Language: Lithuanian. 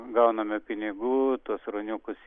gauname pinigų tuos ruoniukus